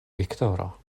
viktoro